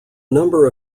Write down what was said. number